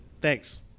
Thanks